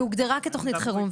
והיא הוגדרה כתוכנית חירום,